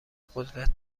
قدرت